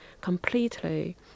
completely